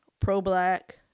pro-black